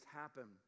happen